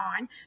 on